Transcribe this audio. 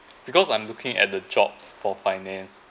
because I'm looking at the jobs for finance